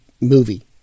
movie